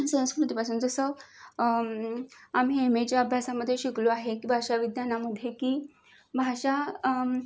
संस्कृतीपासून जसं आम्ही एम एच्या अभ्यासामध्ये शिकलो आहे की भाषा विज्ञानामध्ये की भाषा